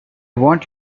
want